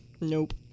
Nope